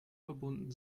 verbunden